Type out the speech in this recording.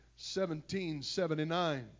1779